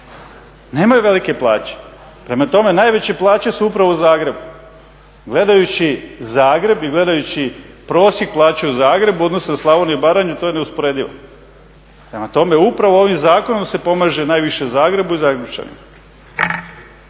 nemaju velike plaće. Prema tome, najveće plaće su upravo u Zagrebu. Gledajući Zagreb i gledajući prosjek plaće u Zagrebu u odnosnu na Slavoniju i Baranju to je neusporedivo. Prema tome, upravo ovim zakonom se pomaže najviše Zagrebu i Zagrepčanima.